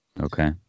Okay